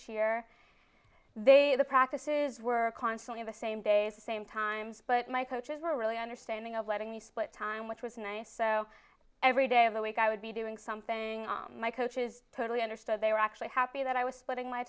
cheer they the practices were constantly the same day the same times but my coaches were really understanding of letting me split time which was nice so every day of the week i would be doing something off my coaches totally understood they were actually happy that i was splitting my